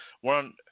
one